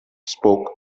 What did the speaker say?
spoke